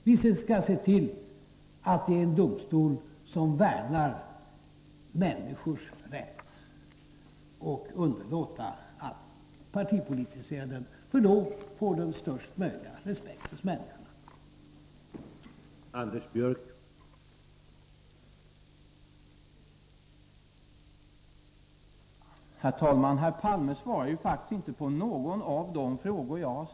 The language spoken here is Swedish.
Vi skall se till att det är en domstol som värnar människors rätt och underlåta att partipolitisera den, för då får den största möjliga respekt hos människorna.